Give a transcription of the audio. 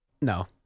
No